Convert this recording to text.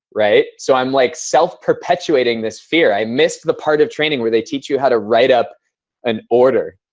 right? so i'm like self-perpetuating this fear. i missed the part of training where they teach you how to write up an order.